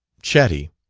chatty.